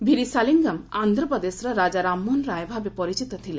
ଭୀରିସାଲିଙ୍ଗମ୍ ଆନ୍ଧ୍ରପ୍ରଦେଶର ରାଜା ରାମମୋହନ ରାୟ ଭାବେ ପରିଚିତ ଥିଲେ